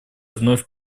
вновь